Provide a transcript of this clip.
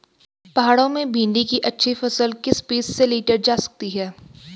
पहाड़ों में भिन्डी की अच्छी फसल किस बीज से लीटर जा सकती है?